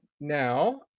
now